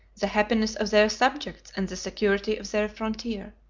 the happiness of their subjects and the security of their frontier.